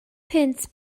punt